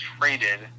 traded